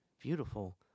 Beautiful